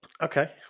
Okay